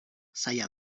zaila